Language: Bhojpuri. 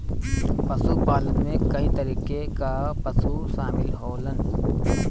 पशुपालन में कई तरीके कअ पशु शामिल होलन